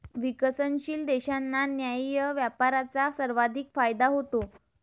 विकसनशील देशांना न्याय्य व्यापाराचा सर्वाधिक फायदा होतो